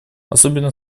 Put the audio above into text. особенно